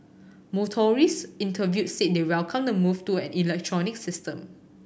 motorists interviewed said they welcome the move to an electronic system